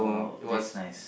that's nice